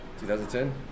2010